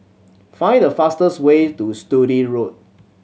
find the fastest way to Sturdee Road